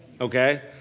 Okay